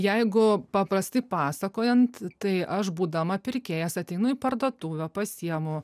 jeigu paprastai pasakojant tai aš būdama pirkėjas ateinu į parduotuvę pasiimu